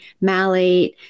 malate